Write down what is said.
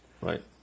Right